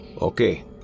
Okay